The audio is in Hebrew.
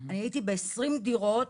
אני הייתי בכ-20 דירות